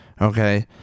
okay